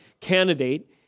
candidate